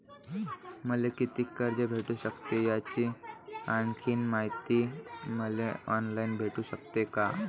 मले कितीक कर्ज भेटू सकते, याची आणखीन मायती मले ऑनलाईन भेटू सकते का?